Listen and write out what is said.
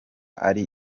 ari